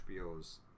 HBO's